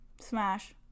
Smash